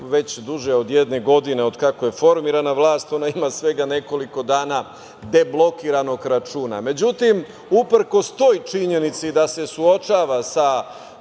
već duže od jedne godine, od kako je formirana vlast, ona ima svega nekoliko dana deblokiran račun.Međutim, uprkos toj činjenici da se suočava sa